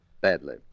badly